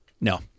No